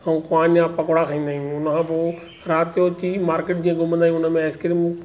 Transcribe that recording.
ऐं पान जा पकोड़ा खाईंदा आहियूं हुनखां पोइ राति जो उथी मार्किट जीअं घुमंदा आहियूं हुन में आइस्क्रीम